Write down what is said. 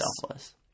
selfless